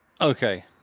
Okay